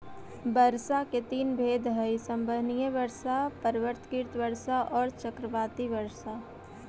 वर्षा के तीन भेद हई संवहनीय वर्षा, पर्वतकृत वर्षा औउर चक्रवाती वर्षा